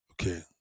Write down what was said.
Okay